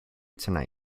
tonight